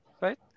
right